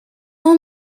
all